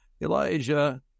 Elijah